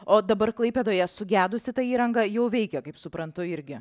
o dabar klaipėdoje sugedusi ta įranga jau veikia kaip suprantu irgi